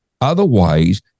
Otherwise